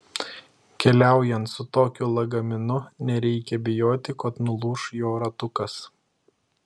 keliaujant su tokiu lagaminu nereikia bijoti kad nulūš jo ratukas